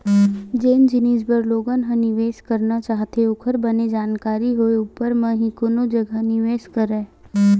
जेन जिनिस बर लोगन ह निवेस करना चाहथे ओखर बने जानकारी होय ऊपर म ही कोनो जघा निवेस करय